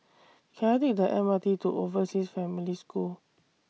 Can I Take The M R T to Overseas Family School